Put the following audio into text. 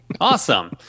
Awesome